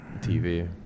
TV